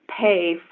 pay